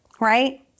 Right